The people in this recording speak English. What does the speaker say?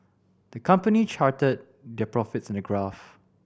the company charted their profits in a graph